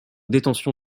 détention